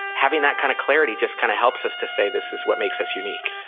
having that kind of clarity just kind of helps us to say, this is what makes us unique.